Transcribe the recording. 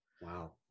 Wow